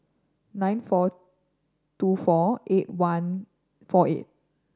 nine four two four eight one four eight